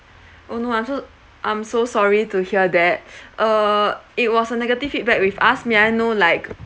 oh no I'm so I'm so sorry to hear that uh it was a negative feedback with us may I know like